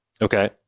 Okay